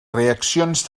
reaccions